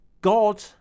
God